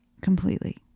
completely